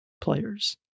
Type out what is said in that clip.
players